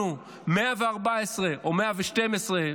הנתון הוא 114 או 112,